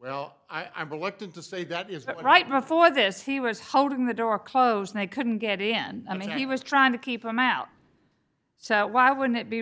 well i'm reluctant to say that is that right before this he was holding the door close and i couldn't get in i mean he was trying to keep him out so why wouldn't it be